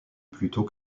plutôt